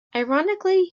ironically